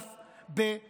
בשופטיו,